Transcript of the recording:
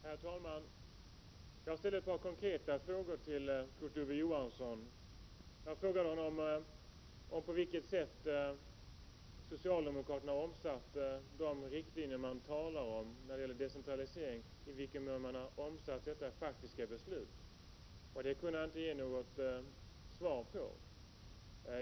Herr talman! Jag ställde ett par konkreta frågor till Kurt Ove Johansson. Jag frågade honom i vilken mån socialdemokraterna har omsatt sitt tal om riktlinjer för decentralisering i faktiska beslut. Han kunde inte ge något svar på den frågan.